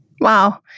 Wow